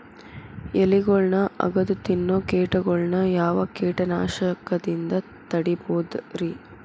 ಎಲಿಗೊಳ್ನ ಅಗದು ತಿನ್ನೋ ಕೇಟಗೊಳ್ನ ಯಾವ ಕೇಟನಾಶಕದಿಂದ ತಡಿಬೋದ್ ರಿ?